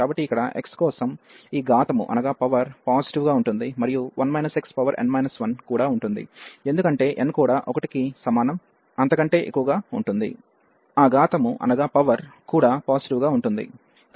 కాబట్టి ఇక్కడ x కోసం ఈ ఘాతము పాజిటివ్ గా ఉంటుంది మరియు 1 xn 1కూడా ఉంటుంది ఎందుకంటే n కూడా 1 కి సమానం లేదా అంత కంటే ఎక్కువగా ఉంటుంది ఆ ఘాతము కూడా పాజిటివ్ గా ఉంటుంది